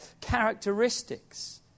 characteristics